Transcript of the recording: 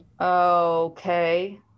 Okay